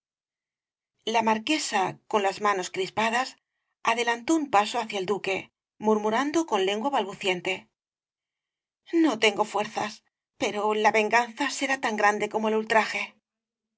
la marquesa con las manos crispadas adelantó un paso hacia el duque murmurando con lengua balbuciente no tengo fuerzas pero la venganza será tan grande como el ultraje qué